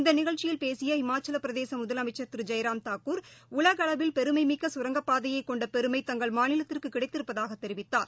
இந்தநிகழ்ச்சியில் பேசிய இமாச்சலப்பிரதேசமுதலமைச்சர் ஜெயராம் தாக்கூர் உலகளவில் பெருமைமிக்கசரங்கப்பாதையைகொண்டபெருமை திரு தங்கள் மாநிலத்திற்குகிடைத்திருப்பதாகதெரிவித்தார்